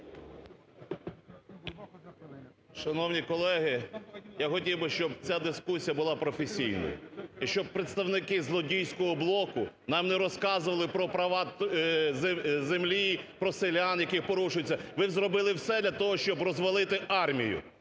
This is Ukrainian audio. Шановні колеги! Я хотів би, щоб ця дискусія була професійною. І щоб представники злодійського блоку нам не розказували про права… землі, про селян… які порушуються. Ви зробили все для того, щоб розвалити армію,